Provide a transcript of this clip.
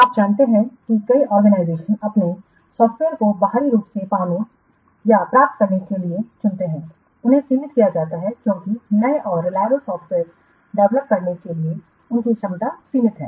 आप जानते हैं कि कई ऑर्गेनाइजेशन अपने सॉफ्टवेयर को बाहरी रूप से पाने करने या प्राप्त करने के लिए चुनते हैं उन्हें सीमित किया जाता है क्योंकि नए और रिलाएबल सॉफ्टवेयर डेवलप करने की उनकी क्षमता सीमित है